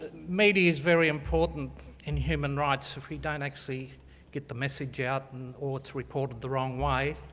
maybe it's very important in human rights if we don't actually get the message out and or to report it the wrong way.